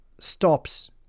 stops